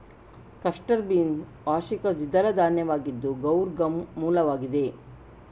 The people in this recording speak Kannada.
ಕ್ಲಸ್ಟರ್ ಬೀನ್ ವಾರ್ಷಿಕ ದ್ವಿದಳ ಧಾನ್ಯವಾಗಿದ್ದು ಗೌರ್ ಗಮ್ನ ಮೂಲವಾಗಿದೆ